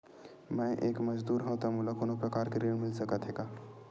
मैं एक मजदूर हंव त मोला कोनो प्रकार के ऋण मिल सकत हे का?